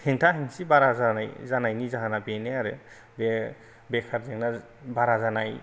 हेंथा हेंथि बारा जानाय जानायनि जाहोन आ बेनो आरो बे बेकार जेंना बारा जानाय